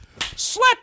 Slap